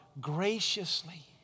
graciously